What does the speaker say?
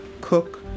cook